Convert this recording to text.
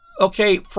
okay